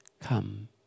Come